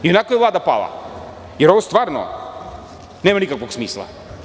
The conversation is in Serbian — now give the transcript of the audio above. Ionako je Vlada pala, jer ovo stvarno nema nikakvog smisla.